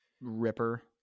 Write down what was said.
ripper